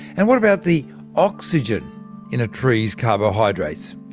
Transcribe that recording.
and what about the oxygen in a tree's carbohydrates?